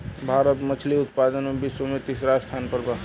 भारत मछली उतपादन में विश्व में तिसरा स्थान पर बा